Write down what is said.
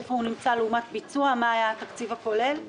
איפה הוא נמצא לעומת ביצוע ומה היה התקציב הכולל שלו?